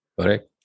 Correct